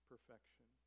Perfection